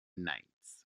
nights